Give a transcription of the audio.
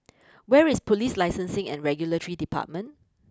where is police Licensing and Regulatory Department